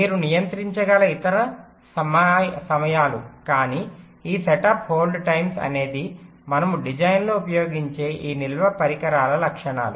మీరు నియంత్రించగల ఇతర సమయాలు కానీ ఈ సెటప్ హోల్డ్ టైమ్స్ అనేది మనము డిజైన్లో ఉపయోగించే ఈ నిల్వ పరికరాల లక్షణాలు